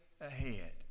ahead